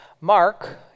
Mark